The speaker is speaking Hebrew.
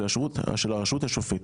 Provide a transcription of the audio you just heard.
של הרשות השופטת.